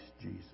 Jesus